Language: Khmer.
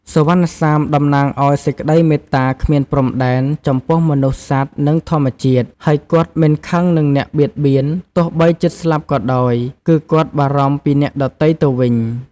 សុវណ្ណសាមតំណាងឱ្យសេចក្ដីមេត្តាគ្មានព្រំដែន ចំពោះមនុស្ស សត្វ និងធម្មជាតិ ហើយ គាត់មិនខឹងនឹងអ្នកបៀតបៀន ទោះបីជិតស្លាប់ក៏ដោយ គឺគាត់បារម្ភពីអ្នកដទៃ ទៅវិញ។